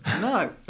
No